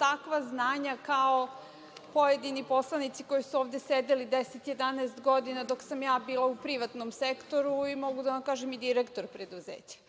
takva znanja kao pojedini poslanici koji su ovde sedeli 10, 11 godina, dok sam ja bila u privatnom sektoru i mogu da vam kažem, i direktor preduzeća.